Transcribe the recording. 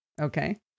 Okay